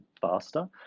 faster